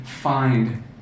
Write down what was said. find